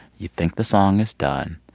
you think the song is done.